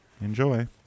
enjoy